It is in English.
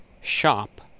shop